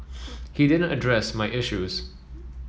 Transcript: he didn't address my issues